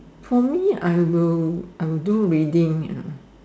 for me I will I will do reading ya